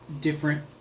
different